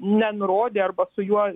nenurodė arba su juo